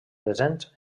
presents